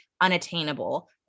unattainable